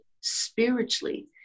spiritually